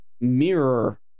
mirror